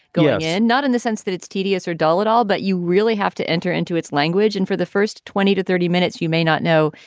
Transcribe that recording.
yeah and not in the sense that it's tedious or dull at all. but you really have to enter into its language. and for the first twenty to thirty minutes, you may not know,